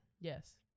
Yes